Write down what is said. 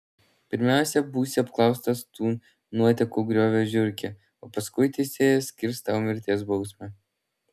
pirmiausia būsi apklaustas tu nuotekų griovio žiurke o paskui teisėjas skirs tau mirties bausmę